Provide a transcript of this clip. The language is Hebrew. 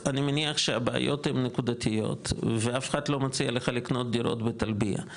אני מניח שהבעיות הן נקודתיות ואף אחד לא מציע לך לקנות דירות בטלביה,